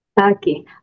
Okay